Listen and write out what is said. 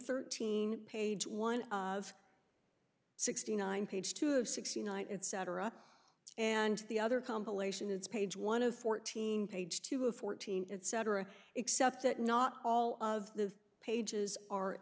thirteen page one of sixty nine page two of six united cetera and the other compilation it's page one of fourteen page two of fourteen cetera except that not all of the pages are